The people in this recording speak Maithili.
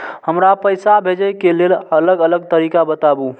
हमरा पैसा भेजै के लेल अलग अलग तरीका बताबु?